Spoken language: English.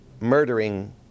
murdering